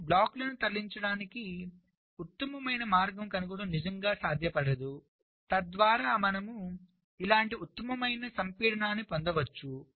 కాబట్టి బ్లాక్లను తరలించడానికి ఉత్తమమైన మార్గాన్ని కనుగొనడం నిజంగా సాధ్యపడదు తద్వారా మనము ఇలాంటి ఉత్తమమైన సంపీడనాన్ని పొందవచ్చు